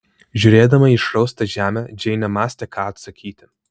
žiūrėdama į išraustą žemę džeinė mąstė ką atsakyti